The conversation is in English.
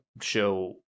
show